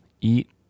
eat